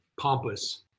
pompous